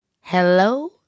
Hello